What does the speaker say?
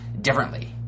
differently